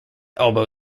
elbow